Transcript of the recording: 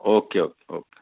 okay okay okay